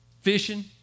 fishing